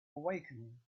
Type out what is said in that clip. awaken